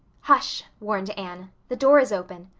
hush, warned anne. the door is open.